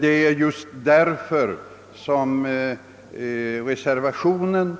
Det är också detta som ligger bakom utformningen av reservationen.